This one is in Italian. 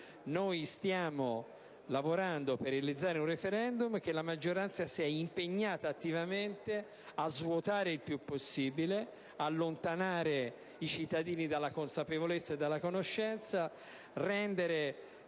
Noi stiamo lavorando per realizzare un *referendum* che la maggioranza si è impegnata attivamente a svuotare il più possibile, allontanando i cittadini dalla consapevolezza e dalla conoscenza e rendendo